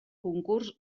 concurs